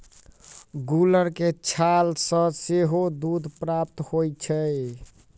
गुलर के गाछ सॅ सेहो दूध प्राप्त होइत छै